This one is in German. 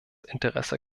interesse